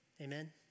Amen